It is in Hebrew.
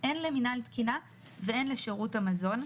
הן למינהל תקינה והן לשירות המזון.